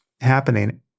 happening